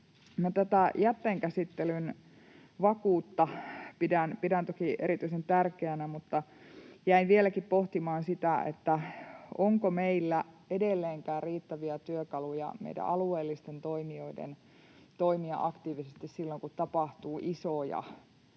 tätä jätteenkäsittelyn vakuutta toki erityisen tärkeänä, mutta jäin vieläkin pohtimaan sitä, onko meillä alueellisilla toimijoilla edelleenkään riittäviä työkaluja toimia aktiivisesti silloin, kun tapahtuu isoja,